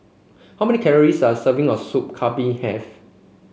how many calories does a serving of Soup Kambing have